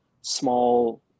small